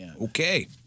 Okay